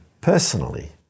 personally